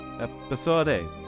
episode